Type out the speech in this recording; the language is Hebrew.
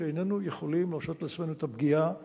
שאיננו יכולים להרשות לעצמנו את הפגיעה בהם.